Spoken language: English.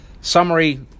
Summary